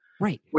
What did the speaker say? right